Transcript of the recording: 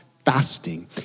fasting